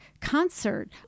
concert